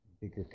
bigger